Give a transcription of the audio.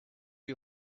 you